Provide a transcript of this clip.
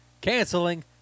canceling